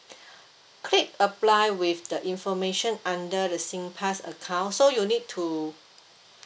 click apply with the information under the singpass account so you'll need to